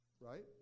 Right